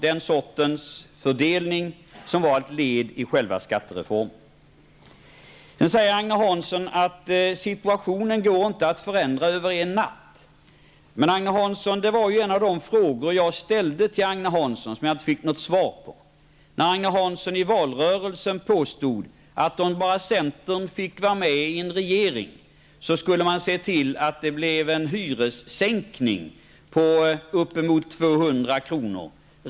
Den sortens fördelning var ett led i själva skattereformen. Nu säger Ange Hansson att situationen inte går att förändra över en natt. En av de frågor som jag ställde till Agne Hansson gällde detta, men jag fick inget svar. Agne Hansson påstod i valrörelsen att om bara centern fick vara med i en regering skulle man se till att det blev en hyressänkning på uppemot 200 kr.